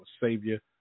Savior